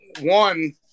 One